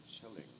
chilling